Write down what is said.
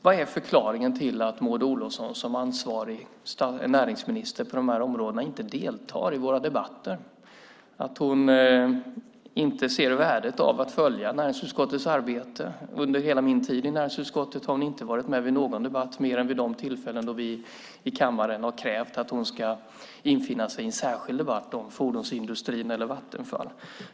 Vad är förklaringen till att Maud Olofsson som ansvarig näringsminister för de här områdena inte deltar i våra debatter och att hon inte ser värdet av att följa näringsutskottets arbete? Under hela min tid i näringsutskottet har hon inte varit med vid någon debatt mer än vid de tillfällen då vi har krävt att hon ska infinna sig i kammaren i en särskild debatt om fordonsindustrin eller Vattenfall.